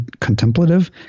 contemplative